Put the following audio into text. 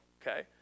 okay